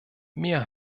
mehr